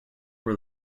were